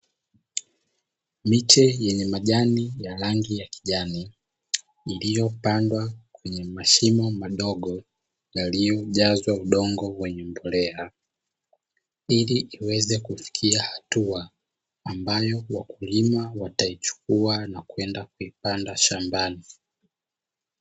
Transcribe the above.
Miche yenye majani ya rangi ya kijani iliyopandwa kwenye mashimo madogo yaliyojazwa udongo wenye mbolea, ili iweze kufikia hatua ambayo wakulima wataichukua na kwenda kuipanda shambani.